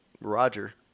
Roger